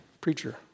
preacher